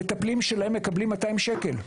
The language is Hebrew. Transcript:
המטפלים שלהם מקבלים 200 שקל.